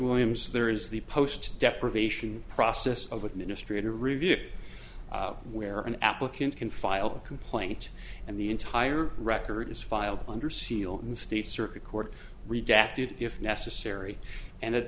williams there is the post deprivation process of administrative review where an applicant can file a complaint and the entire record is filed under seal in the state circuit court redacted if necessary and at